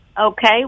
Okay